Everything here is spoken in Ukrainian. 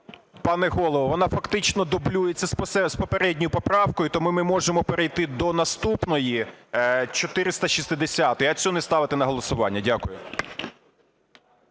Пане Голово, вона фактично дублюється з попередньою поправкою, тому ми можемо перейти до наступної 460-ї, а цю не ставити на голосування. Дякую.